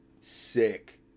sick